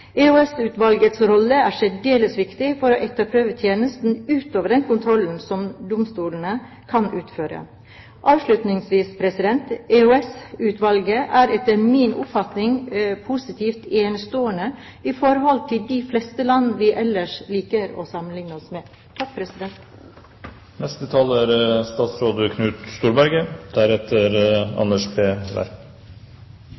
rolle er særdeles viktig for å etterprøve tjenesten – utover den kontrollen som domstolene kan utføre. Avslutningsvis: EOS-utvalget er etter min oppfatning positivt enestående – med tanke på de fleste land vi ellers liker å sammenligne oss med.